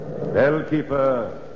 Bellkeeper